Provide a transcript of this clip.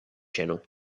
channel